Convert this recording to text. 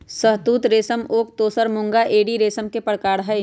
शहतुत रेशम ओक तसर मूंगा एरी रेशम के परकार हई